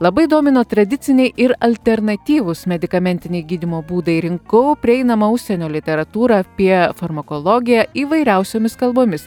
labai domino tradiciniai ir alternatyvūs medikamentiniai gydymo būdai rinkau prieinamą užsienio literatūrą apie farmakologiją įvairiausiomis kalbomis